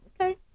Okay